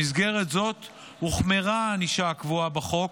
במסגרת זאת הוחמרה הענישה הקבועה בחוק